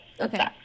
Okay